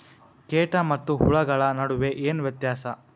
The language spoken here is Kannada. ಕೇಟ ಮತ್ತು ಹುಳುಗಳ ನಡುವೆ ಏನ್ ವ್ಯತ್ಯಾಸ?